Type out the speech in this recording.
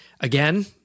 Again